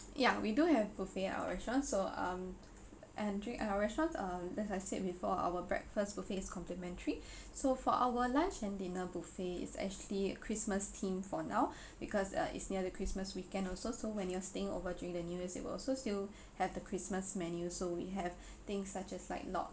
ya we do have buffet at our restaurant so um entering our restaurants are as I said before our breakfast buffet is complimentary so for our lunch and dinner buffet it's actually uh christmas themed for now because uh it's near the christmas weekend also so when you're staying over during the new year's it will also still have the christmas menu so we have things such as like log